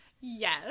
Yes